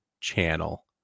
channel